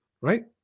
right